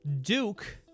Duke